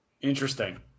interesting